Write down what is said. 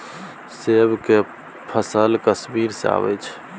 सेब के फल कश्मीर सँ अबई छै